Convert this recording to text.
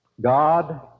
God